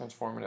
transformative